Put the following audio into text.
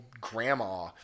grandma